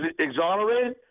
exonerated